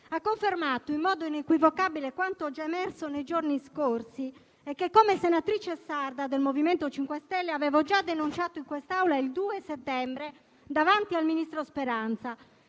ha confermato in modo inequivocabile quanto già emerso nei giorni scorsi e che, come senatrice sarda del MoVimento 5 Stelle, avevo già denunciato in ques'Aula il 2 settembre davanti al ministro Speranza.